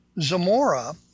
Zamora